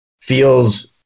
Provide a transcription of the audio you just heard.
feels